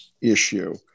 issue